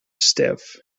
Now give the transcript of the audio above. stiff